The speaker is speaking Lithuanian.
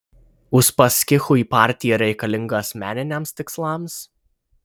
uspaskichui partija reikalinga asmeniniams tikslams